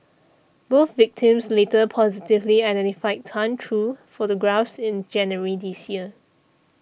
both victims later positively identified Tan through photographs in January this year